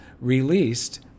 released